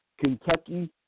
Kentucky